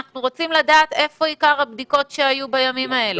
אנחנו רוצים לדעת איפה עיקר הבדיקות שהיו בימים האלה.